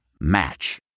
Match